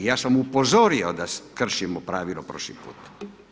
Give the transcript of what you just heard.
Ja sam upozorio da kršimo pravilo prošli put.